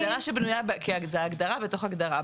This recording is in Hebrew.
סעיף ההגדרות.